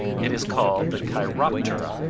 it is called the chi-rop-ter-a,